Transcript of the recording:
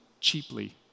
cheaply